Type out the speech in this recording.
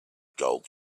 gold